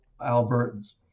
Albertans